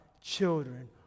children